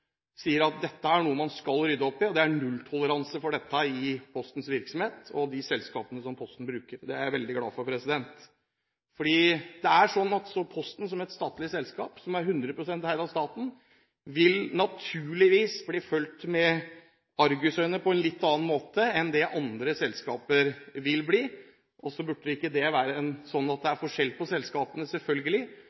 sier at dette er noe man skal rydde opp i, og at det er nulltoleranse for dette i Postens virksomhet og i de selskapene som Posten bruker. Det er jeg veldig glad for, for det er sånn at Posten som et statlig selskap, som er 100 pst. eid av staten, naturligvis vil bli fulgt med argusøyne på en litt annen måte enn det andre selskaper blir. Så burde det selvfølgelig ikke være sånn at det er forskjell på selskapene.